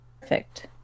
Perfect